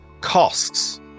costs